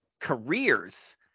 careers